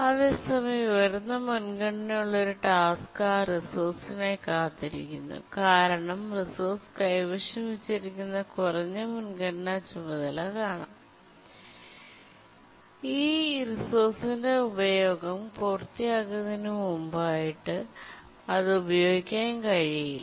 അതേസമയം ഉയർന്ന മുൻഗണനയുള്ള ഒരു ടാസ്ക് ആ റിസോഴ്സിനായി കാത്തിരിക്കുന്നു കാരണം റിസോഴ്സ് കൈവശം വച്ചിരിക്കുന്ന കുറഞ്ഞ മുൻഗണനാ ചുമതല കാരണം ആ റിസോഴ്സിന്റെ ഉപയോഗം പൂർത്തിയാക്കുന്നതിന് മുമ്പായി അത് ഉപയോഗിക്കാൻ കഴിയില്ല